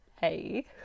Hey